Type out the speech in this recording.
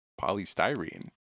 polystyrene